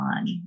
on